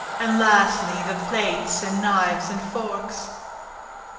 and lastly, the plates and knives and forks.